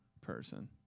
person